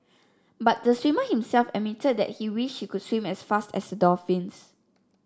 but the swimmer himself admitted that he wished he could swim as fast as the dolphins